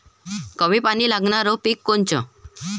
कमी पानी लागनारं पिक कोनचं?